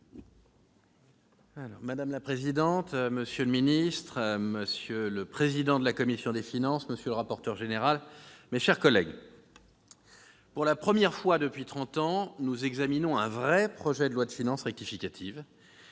Madame la présidente, monsieur le ministre, monsieur le président de la commission des finances, monsieur le rapporteur général, mes chers collègues, pour la première fois depuis trente ans, nous examinons un « vrai » projet de loi de finances rectificative.